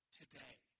today